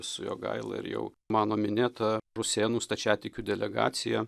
su jogaila ir jau mano minėta rusėnų stačiatikių delegacija